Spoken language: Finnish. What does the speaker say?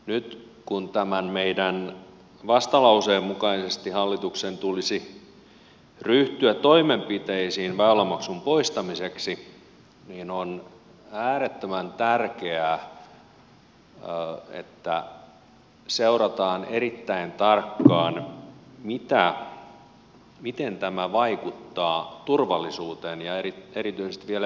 nyt kun tämän meidän vastalauseemme mukaisesti hallituksen tulisi ryhtyä toimenpiteisiin väylämaksun poistamiseksi niin on äärettömän tärkeää että seurataan erittäin tarkkaan miten tämä vaikuttaa turvallisuuteen ja erityisesti vielä ympäristöturvallisuuteen